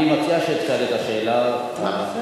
אני מציע שתשאל את השאלה, מה?